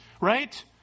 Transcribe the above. right